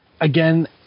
Again